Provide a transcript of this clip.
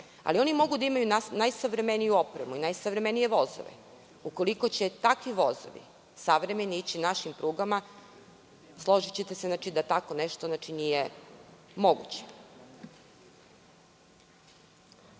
Oni mogu da imaju najsavremeniju opremu i najsavremenije vozilo, ukoliko će takvi vozovi savremeni ići našim prugama, složićete se da tako nešto nije moguće. Pre